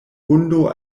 hundo